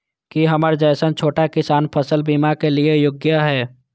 की हमर जैसन छोटा किसान फसल बीमा के लिये योग्य हय?